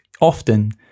often